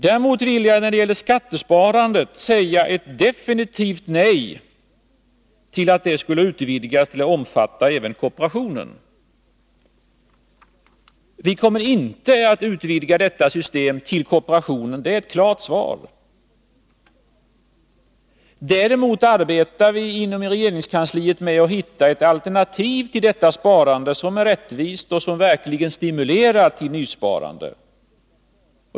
Däremot vill jag säga ett definitivt nej till att skattesparandet skulle utvidgas till att omfatta även kooperationen. Vi kommer inte att utvidga detta system till kooperationen — det är ett klart svar. Däremot arbetar vi inom regeringskansliet med att försöka att till detta sparande hitta ett alternativ som är rättvist och som verkligen stimulerar till nysparande.